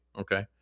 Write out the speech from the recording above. Okay